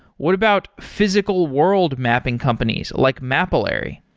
what about physical world mapping companies, like mapillary?